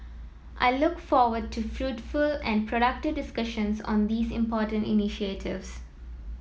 I look forward to fruitful and productive discussions on these important initiatives